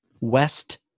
West